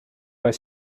pas